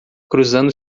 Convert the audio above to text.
cruzando